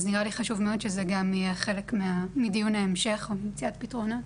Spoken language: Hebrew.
אז נראה לי חשוב מאוד שזה גם יהיה חלק מדיון ההמשך או ממציאת פתרונות.